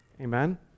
Amen